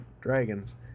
Dragons